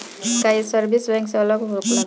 का ये service bank से अलग होला का?